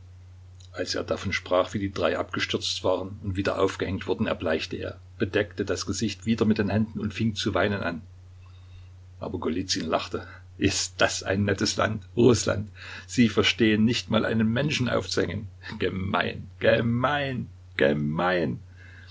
als er davon sprach wie die drei abgestürzt waren und wieder aufgehängt wurden erbleichte er bedeckte das gesicht wieder mit den händen und fing zu weinen an aber golizyn lachte ist das ein nettes land rußland sie verstehen nicht mal einen menschen aufzuhängen gemein gemein